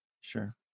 sure